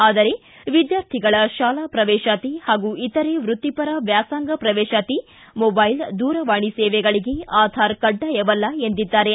ಆದರೆ ಎದ್ಕಾರ್ಥಿಗಳ ಶಾಲಾ ಪ್ರವೇಶಾತಿ ಹಾಗೂ ಇತರ ವೃತ್ತಿಪರ ವ್ಯಾಸಂಗ ಪ್ರವೇಶಾತಿ ಮೊಬೈಲ್ ದೂರವಾಣಿ ಸೇವೆಗಳಗೆ ಆಧಾರ್ ಕಡ್ಡಾಯವಲ್ಲ ಎಂದಿದ್ದಾರೆ